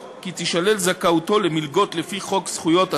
כי תישלל זכאותו למלגות לפי חוק זכויות הסטודנט,